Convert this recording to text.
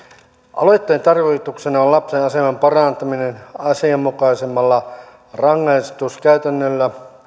aloitteen tarkoituksena on lapsen aseman parantaminen asianmukaisemmalla rangaistuskäytännöllä